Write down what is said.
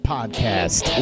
Podcast